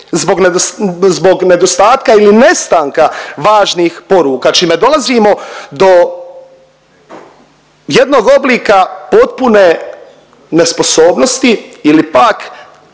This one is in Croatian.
zbog nedostatka ili nestanka važnih poruka čime dolazimo do jednog oblika potpune nesposobnosti ili pak